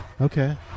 Okay